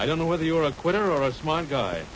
i don't know whether you're a quitter or a smart guy